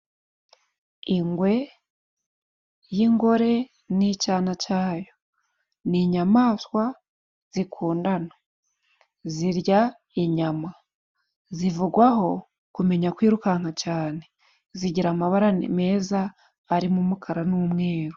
Ingwe y'ingore n'icyana cyayo ni inyamaswa zikundana zirya inyama, zivugwaho kumenya kwirukanka cyane, zigira amabara meza arimo umukara n'umweru.